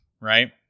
Right